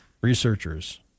Researchers